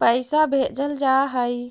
पैइसा भेजल जा हइ